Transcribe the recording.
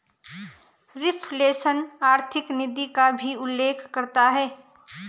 reflation आर्थिक नीति का भी उल्लेख करता है